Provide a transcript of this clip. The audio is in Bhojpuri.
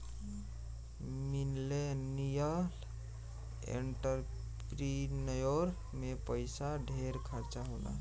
मिलेनियल एंटरप्रिन्योर में पइसा ढेर खर्चा होला